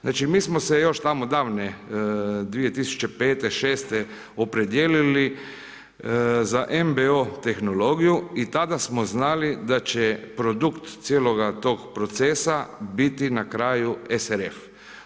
Znači mi smo se još tamo davne 2005., 2006. opredijelili za MBO tehnologiju i tada smo znali da će produkt cijeloga tog procesa biti na kraju SRF.